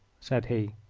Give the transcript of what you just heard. said he.